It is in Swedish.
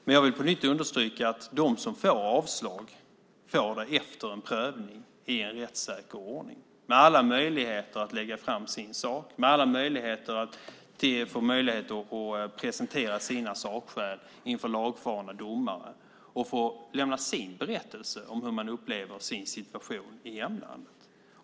Men jag vill på nytt understryka att de som får avslag får det efter prövning i en rättssäker ordning med alla möjligheter att lägga fram sin sak och med alla möjligheter att få presentera sina sakskäl inför lagfarna domare och få lämna sin berättelse om hur de upplever sin situation i hemlandet.